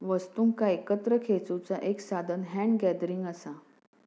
वस्तुंका एकत्र खेचुचा एक साधान हॅन्ड गॅदरिंग असा